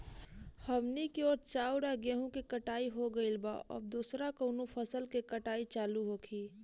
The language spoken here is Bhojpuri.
हमनी कियोर चाउर आ गेहूँ के कटाई हो गइल बा अब दोसर कउनो फसल के कटनी चालू होखि